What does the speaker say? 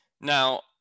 Now